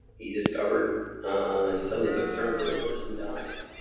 he discovered he suddenly took a turn for the worst and died.